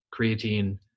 creatine